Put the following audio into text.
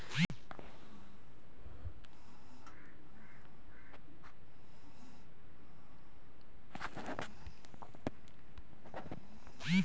सोना में निवेस एक बहुते बढ़िया जरीया हौ